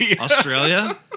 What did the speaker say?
Australia